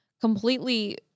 completely